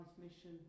transmission